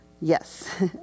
Yes